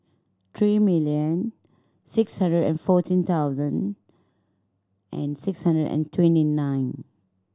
three million six hundred and fourteen thousand and six hundred and twenty nine